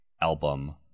album